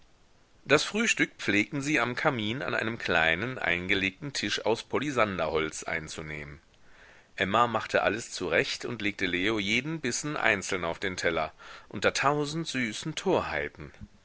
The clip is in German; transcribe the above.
das frühstück pflegten sie am kamin an einem kleinen eingelegten tisch aus polisanderholz einzunehmen emma machte alles zurecht und legte leo jeden bissen einzeln auf den teller unter tausend süßen torheiten